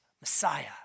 Messiah